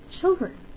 children